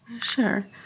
Sure